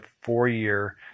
four-year